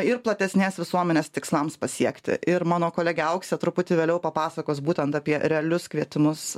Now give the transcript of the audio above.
ir platesnės visuomenės tikslams pasiekti ir mano kolegė auksė truputį vėliau papasakos būtent apie realius kvietimus